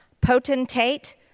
potentate